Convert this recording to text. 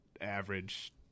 average